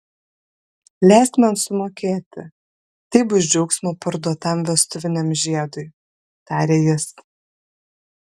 leisk man sumokėti tai bus džiaugsmo parduotam vestuviniam žiedui tarė jis